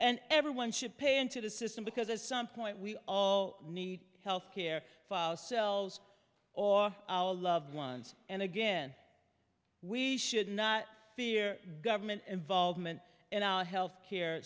and everyone should pay into the system because at some point we need health care for selves or our loved ones and again we should not fear government involvement in our health care